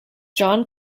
john